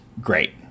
great